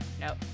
Nope